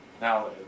Now